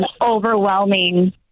overwhelming